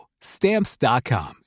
Stamps.com